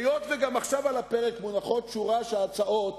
היות שגם עכשיו על הפרק מונחת שורה של הצעות,